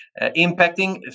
impacting